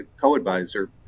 co-advisor